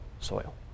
soil